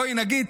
בואי נגיד,